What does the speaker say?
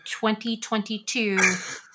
2022